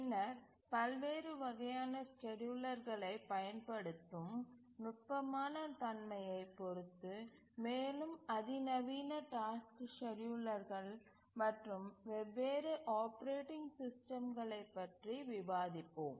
பின்னர் பல்வேறு வகையான ஸ்கேட்யூலர்களைப் பயன்படுத்தும் நுட்பமான தன்மையைப் பொறுத்து மேலும் அதிநவீன டாஸ்க்கு ஸ்கேட்யூலர்கள் மற்றும் வெவ்வேறு ஆப்பரேட்டிங் சிஸ்டம்களைப் பற்றி விவாதிப்போம்